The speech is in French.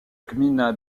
gmina